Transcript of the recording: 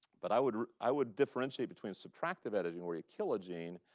but i would i would differentiate between subtractive editing, where you kill a gene,